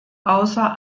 außer